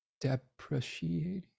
Depreciating